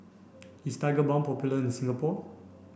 is Tigerbalm popular in Singapore